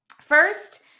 first